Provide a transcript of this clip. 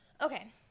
okay